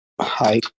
Hi